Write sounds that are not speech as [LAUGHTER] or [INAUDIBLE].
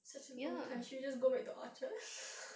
such a long time shift just go back orchard [LAUGHS]